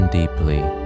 deeply